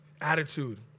attitude